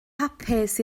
hapus